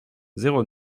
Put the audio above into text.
zéro